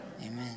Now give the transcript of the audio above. Amen